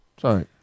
Sorry